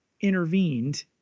intervened